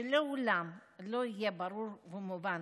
שלעולם לא יהיה ברור ומובן